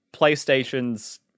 PlayStation's